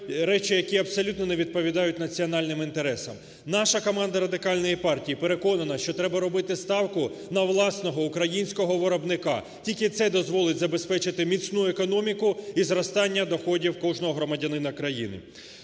речі, які абсолютно не відповідають національним інтересам. Наша команда Радикальної партії переконана, що треба робити ставку на власного, українського виробника. Тільки це дозволить забезпечити міцну економіку і зростання доходів кожного громадянина країни.